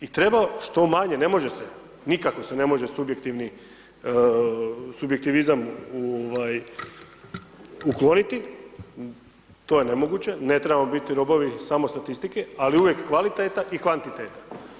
I treba što manje, ne može se, nikako se ne može subjektivizam ukloniti, to je nemoguće, ne trebamo biti robovi samo statistike, ali uvijek kvaliteta i kvantiteta.